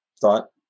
thought